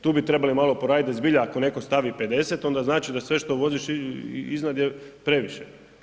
Tu bi trebali malo poraditi da zbilja ako netko stavi 50 onda znači da sve što voziš iznad je previše.